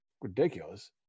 ridiculous